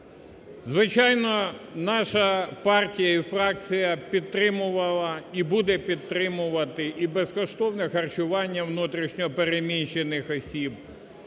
Звичайно, наша партія і фракція підтримувала і буде підтримувати і безкоштовне харчування внутрішньо переміщених осіб,